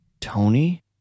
Tony